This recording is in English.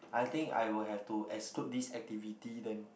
I think I will have to exclude this activity then